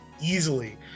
easily